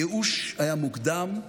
הייאוש היה מוקדם.